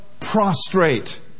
prostrate